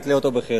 תתלה אותו בחדר.